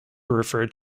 referred